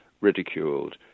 ridiculed